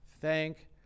thank